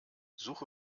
suche